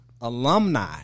alumni